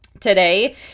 today